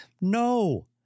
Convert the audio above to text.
No